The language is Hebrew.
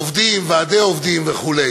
עובדים, ועדי עובדים וכו'.